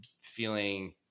feeling